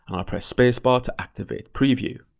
i'll press space bar to activate preview.